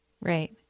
Right